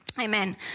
Amen